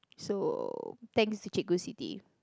so thanks to Cikgu-Siti